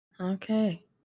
Okay